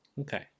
Okay